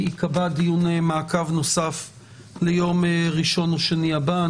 ייקבע דיון מעקב נוסף ליום ראשון או שני הבא,